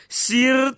sir